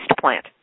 Plant